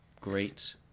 Great